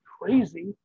crazy